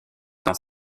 dans